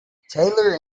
taylor